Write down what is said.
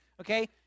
okay